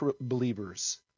believers